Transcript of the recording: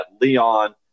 Leon